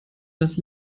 das